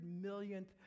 millionth